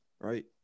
right